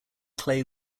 clay